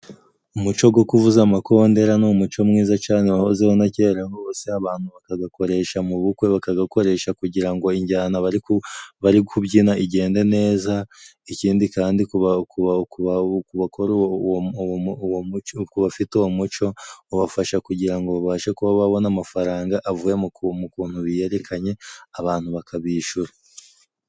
Umuco go kuvuza amakondera ni umuco mwiza cane wahozeho na kera gose, abantu bakagakoresha mu bukwe bakagakoresha kugira injyana bari bari kubyina igende neza. Ikindi kandi ku bakora uwo muco, ku bafite umuco ubafasha kugira babashe kuba babona amafaranga avuye mu kuntu biyerekanye, abantu bakabishyura.